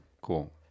cool